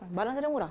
barang sana murah